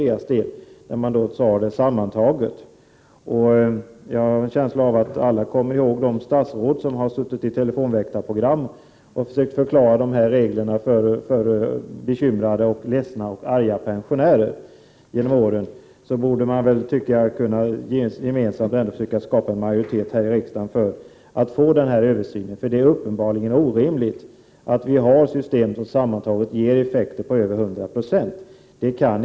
Jag har en känsla av att alla kommer ihåg när statsråd genom åren har suttit i telefonväktarprogram och försökt förklara reglerna för bekymrade, ledsna och arga pensionärer, och då borde vi gemensamt här i riksdagen försöka skapa majoritet för att få till stånd en översyn. Det är uppenbarligen orimligt att ha system som sammantaget ger effekter på över 100 96.